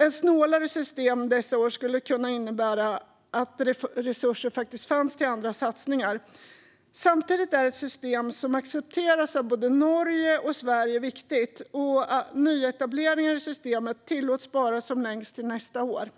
Ett snålare system dessa år skulle kunna innebära att det faktiskt fanns resurser till andra satsningar. Samtidigt är ett system som accepteras av både Norge och Sverige viktigt, och nyetableringar i systemet tillåts bara som längst till nästa år.